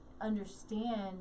understand